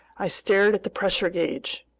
i stared at the pressure gauge.